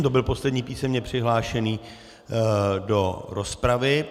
To byl poslední písemně přihlášený do rozpravy.